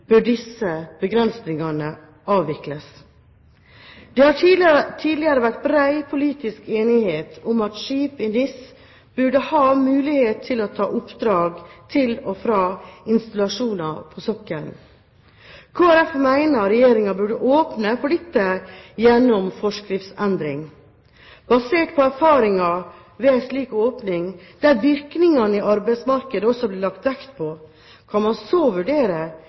bør disse begrensningene avvikles. Det har tidligere vært bred politisk enighet om at skip i NIS burde ha mulighet til å ta oppdrag til og fra installasjoner på sokkelen. Kristelig Folkeparti mener Regjeringen burde åpne for dette gjennom en forskriftsendring. Basert på erfaringer ved en slik åpning der virkningene i arbeidsmarkedet også blir lagt vekt på, kan man så vurdere